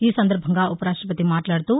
ఈసందర్భంగా ఉపరాష్టపతి మాట్లాడుతూ